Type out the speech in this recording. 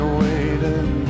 waiting